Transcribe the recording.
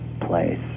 place